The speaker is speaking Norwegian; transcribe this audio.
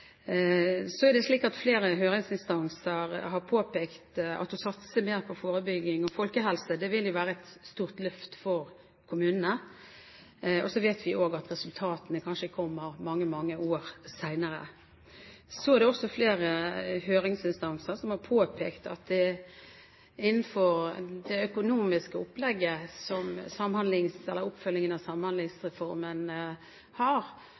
Så er det slik at flere høringsinstanser har påpekt at å satse mer på forebygging og folkehelse vil være et stort løft for kommunene. Vi vet også at resultatene kanskje kommer mange år senere. Flere høringsinstanser har også påpekt at i det økonomiske opplegget for oppfølgingen av